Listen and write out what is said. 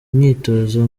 myitozo